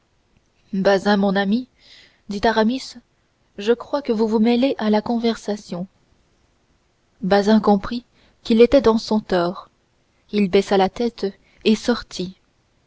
mon ami dit aramis je crois que vous vous mêlez à la conversation bazin comprit qu'il était dans son tort il baissa la tête et sortit